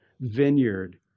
vineyard